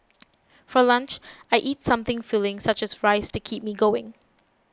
for lunch I eat something filling such as rice to keep me going